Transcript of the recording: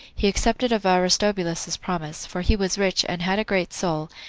he accepted of aristobulus's promise, for he was rich, and had a great soul,